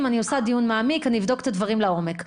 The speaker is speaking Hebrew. אני עושה דיון מעמיק ואני אבדוק את הדברים לעומק.